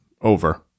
over